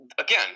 again